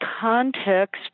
context